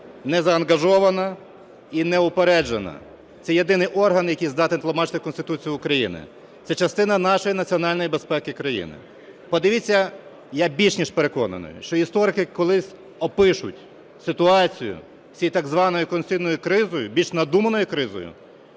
незаангажована і неупереджена. Це єдиний орган, який здатен тлумачити Конституцію України. Це частина нашої національної безпеки країни. Подивіться, я більш ніж переконаний, що історики колись опишуть ситуацію цієї так званої "конституційної кризи" більш надуманою кризою